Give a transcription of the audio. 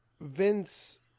Vince